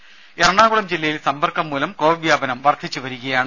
ദേദ എറണാകുളം ജില്ലയിൽ സമ്പർക്കം മൂലം കോവിഡ് വ്യാപനം വർദ്ധിച്ചുവരികയാണ്